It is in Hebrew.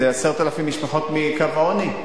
10,000 משפחות מקו העוני,